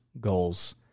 goals